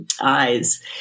eyes